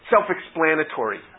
Self-explanatory